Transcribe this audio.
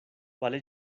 vale